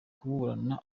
kuburana